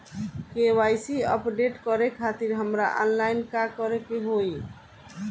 KYC update करे खातिर हमरा ऑनलाइन का करे के होई?